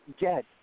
dead